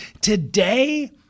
Today